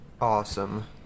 Awesome